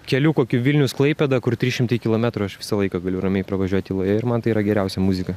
keliu kokiu vilnius klaipėda kur trys šimtai kilometrų aš visą laiką galiu ramiai pravažiuot tyloje ir man tai yra geriausia muzika